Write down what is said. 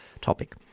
topic